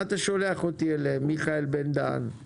זה